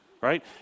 Right